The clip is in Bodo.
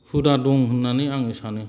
हुदा दं होन्नानै आङो सानो